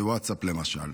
ווטסאפ למשל.